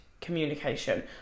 communication